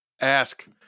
ask